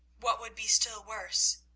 what would be still worse,